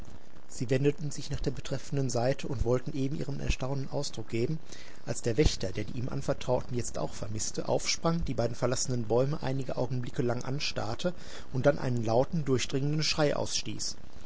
sie wendeten sich nach der betreffenden seite und wollten eben ihrem erstaunen ausdruck geben als der wächter der die ihm anvertrauten jetzt auch vermißte aufsprang die beiden verlassenen bäume einige augenblicke lang anstarrte und dann einen lauten durchdringenden schrei